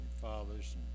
fathers